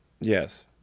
Yes